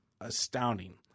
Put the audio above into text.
astounding